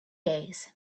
days